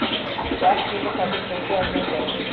स्वास्थ्य बीमा खातिर कईसे आवेदन करम?